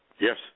Yes